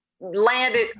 landed